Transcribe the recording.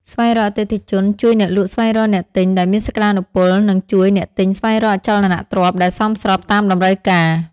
ស្វែងរកអតិថិជន ជួយអ្នកលក់ស្វែងរកអ្នកទិញដែលមានសក្តានុពល និងជួយអ្នកទិញស្វែងរកអចលនទ្រព្យដែលសមស្របតាមតម្រូវការ។